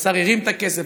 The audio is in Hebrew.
השר הרים את הכסף,